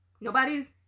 Nobody's